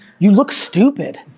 you look stupid,